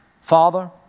Father